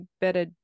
better